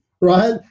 right